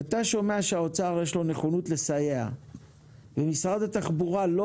כשאתה שומע שלאוצר יש נכונות לסייע ומשרד התחבורה לא